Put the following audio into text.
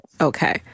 Okay